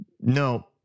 no